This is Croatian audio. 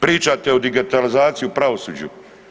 Pričate o digitalizaciji u pravosuđu.